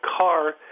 car